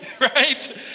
right